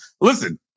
Listen